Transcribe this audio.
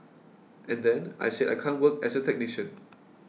and then I said I can't work as a technician